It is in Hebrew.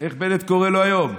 איך בנט קורא לו היום?